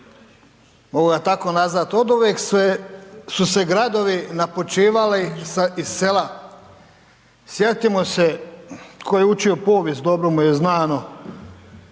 mogu ga tako nazvat. Oduvijek su se gradovi napučivali iz sela, sjetimo se, tko je ulio povijest, dobro mu je znano,